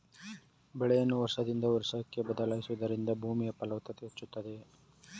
ಬೆಳೆಯನ್ನು ವರ್ಷದಿಂದ ವರ್ಷಕ್ಕೆ ಬದಲಾಯಿಸುವುದರಿಂದ ಭೂಮಿಯ ಫಲವತ್ತತೆ ಹೆಚ್ಚಾಗುತ್ತದೆ